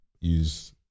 use